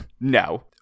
No